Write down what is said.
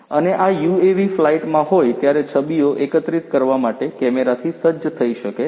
અને આ યુએવી ફ્લાઇટમાં હોય ત્યારે છબીઓ એકત્રિત કરવા માટે કેમેરાથી સજ્જ થઈ શકે છે